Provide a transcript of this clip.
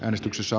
äänestyksessä